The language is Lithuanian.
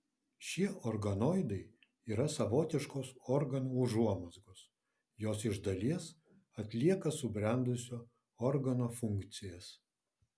šie organoidai yra savotiškos organų užuomazgos jos iš dalies atlieka subrendusio organo funkcijas